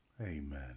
Amen